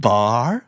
Bar